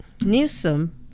Newsom